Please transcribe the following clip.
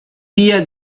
via